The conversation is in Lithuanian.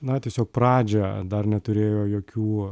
na tiesiog pradžią dar neturėjo jokių